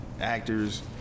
actors